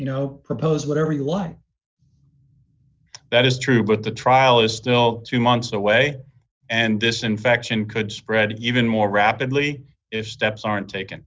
you know propose whatever you want that is true but the trial is still two months away and this infection could spread even more rapidly if steps aren't tak